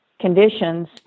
conditions